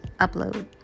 Upload